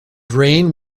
reign